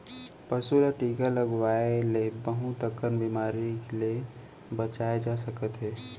पसू ल टीका लगवाए ले बहुत अकन बेमारी ले बचाए जा सकत हे